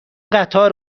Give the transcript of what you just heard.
قطار